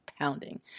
pounding